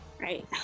Right